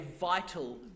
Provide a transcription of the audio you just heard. vital